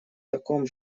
таком